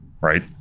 right